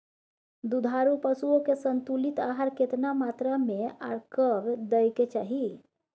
दुधारू पशुओं के संतुलित आहार केतना मात्रा में आर कब दैय के चाही?